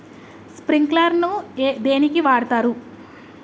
Sprinkler ను దేనికి వాడుతరు?